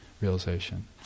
realization